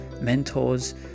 mentors